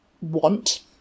want